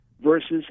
versus